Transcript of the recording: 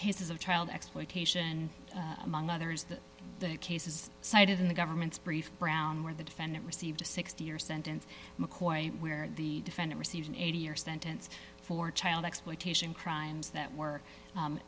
cases of child exploitation among others the cases cited in the government's brief brown where the defendant received a sixty year sentence mccoy where the defendant receives an eighteen year sentence for child exploitation crimes that were